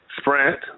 Sprint